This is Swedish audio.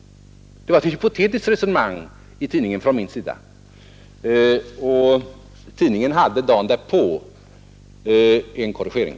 Det var alltså ett hypotetiskt resonemang i artikeln från min sida, och tidningen innehöll dagen därpå en av mig påpekad korrigering.